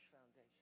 foundation